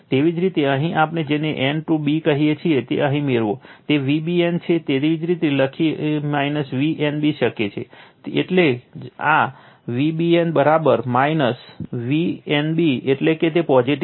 એવી જ રીતે અહીંથી આપણે જેને n ટુ b કહીએ છીએ તે અહીં મેળવો તે Vbn છે તેવી જ રીતે Vnb લખી શકે છે એટલે જ આ Vbn Vnb એટલે કે તે પોઝિટીવ છે